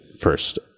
first